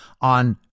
on